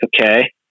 okay